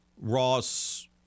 ross